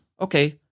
okay